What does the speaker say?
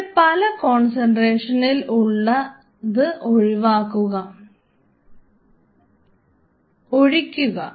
ഇവിടെ പല കോൺസെൻട്രേഷനിൽ ഉള്ളത് ഒഴിക്കുക